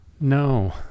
no